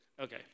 Okay